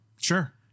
sure